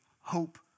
hope